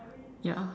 ya